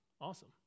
awesome